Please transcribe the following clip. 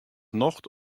nocht